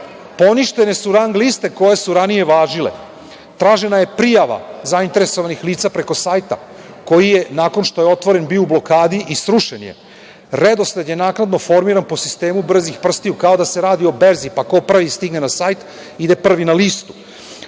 Poništene su rang liste koje su ranije važile. Tražena je prijava zainteresovanih lica preko sajta, koji je, nakon što je otvoren, bio u blokadi i srušen je. Redosled je naknadno formiran po sistemu brzih prstiju, kao da se radi o berzi, pa ko prvi stigne na sajt ide prvi na listu